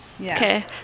okay